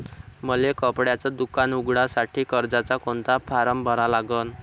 मले कपड्याच दुकान उघडासाठी कर्जाचा कोनचा फारम भरा लागन?